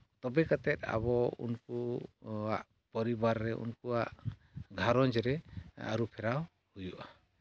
ᱛᱚᱵᱮ ᱠᱟᱛᱮᱫ ᱟᱵᱚ ᱩᱱᱠᱩᱣᱟᱜ ᱯᱚᱨᱤᱵᱟᱨ ᱨᱮ ᱩᱱᱠᱩᱣᱟᱜ ᱜᱷᱟᱸᱨᱚᱡᱽ ᱨᱮ ᱟᱹᱨᱩ ᱯᱷᱮᱨᱟᱣ ᱦᱩᱭᱩᱜᱼᱟ